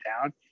down